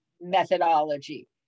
methodology